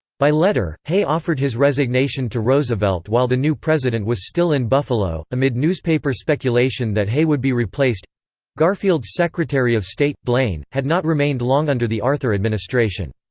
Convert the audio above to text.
by letter, hay offered his resignation to roosevelt while the new president was still in buffalo, amid newspaper speculation that hay would be replaced garfield's secretary of state, blaine, had not remained long under the arthur administration.